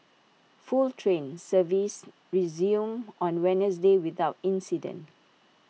false train service resumed on Wednesday without incident